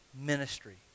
ministry